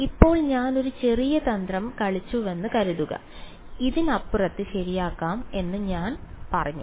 ഇപ്പോൾ ഞാൻ ഒരു ചെറിയ തന്ത്രം കളിച്ചുവെന്ന് കരുതുക ഇനിപ്പറയുന്നത് ശരിയാക്കാം എന്ന് ഞാൻ പറഞ്ഞു